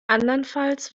andernfalls